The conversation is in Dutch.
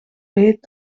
heet